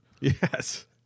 Yes